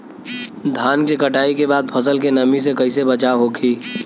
धान के कटाई के बाद फसल के नमी से कइसे बचाव होखि?